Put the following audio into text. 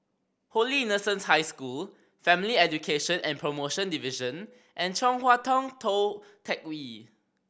Holy Innocents' High School Family Education and Promotion Division and Chong Hua Tong Tou Teck Hwee